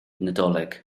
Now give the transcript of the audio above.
nadolig